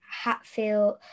Hatfield